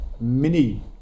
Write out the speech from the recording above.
mini